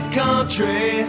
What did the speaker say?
country